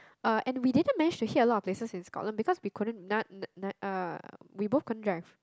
uh and we didn't manage to hit a lot of places in Scotland because we couldn't none none none uh we both can't drive